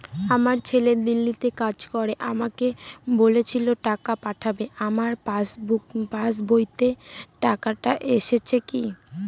আমার ছেলে দিল্লীতে কাজ করে আমাকে বলেছিল টাকা পাঠাবে আমার পাসবইতে টাকাটা এসেছে কি?